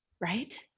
Right